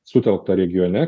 sutelktą regione